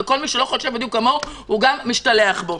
וכל מי שלא חושב בדיוק כמוהו הוא גם משתלח בו.